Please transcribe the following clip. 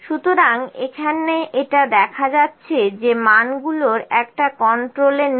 সুতরাং এটা দেখাচ্ছে যে মানগুলোর একটা কন্ট্রোলে নেই